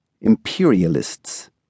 Imperialists